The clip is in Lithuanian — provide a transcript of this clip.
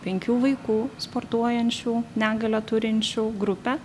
penkių vaikų sportuojančių negalią turinčių grupę